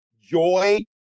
joy